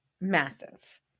massive